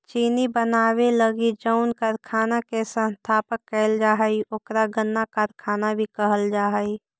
चीनी बनावे लगी जउन कारखाना के स्थापना कैल जा हइ ओकरा गन्ना कारखाना भी कहल जा हइ